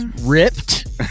ripped